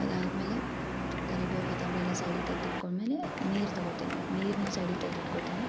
ಅದಾದ್ಮೇಲೆ ಕರಿಬೇವು ಕೊತಂಬ್ರಿ ಎಲ್ಲ ಸೈಡಿಗೆ ತೆಗ್ದಿಟ್ಕೊಂಡ್ಮೇಲೆ ನೀರು ತಗೋತೀನಿ ನೀರನ್ನ ಸೈಡಿಗೆ ತೆಗ್ದಿಟ್ಕೋತೀನಿ